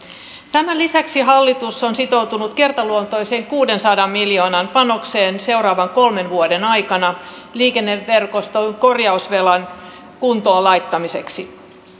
tämän lisäksi hallitus on sitoutunut kertaluontoiseen kuudensadan miljoonan panokseen seuraavan kolmen vuoden aikana liikenneverkoston korjausvelan kuntoon laittamiseksi